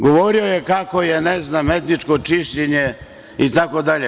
Govorio je kako je etničko čišćenje, itd.